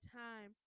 time